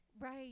Right